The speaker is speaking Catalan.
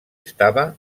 estava